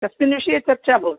कस्मिन् विषये चर्चा भवति